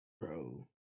bro